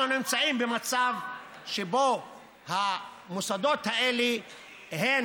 אנחנו נמצאים במצב שבו המוסדות האלה הם